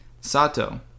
Sato